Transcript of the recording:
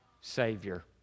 Savior